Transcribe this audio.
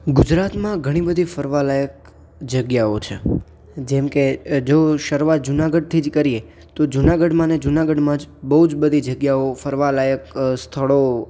ગુજરાતમાં ઘણી બધી ફરવાલાયક જગ્યાઓ છે જેમ કે જો શરૂઆત જુનાગઢથી જ કરીએ જુનાગઢમાં ને જુનાગઢમાં જ બહુ જ બધી જગ્યાઓ ફરવાલાયક સ્થળો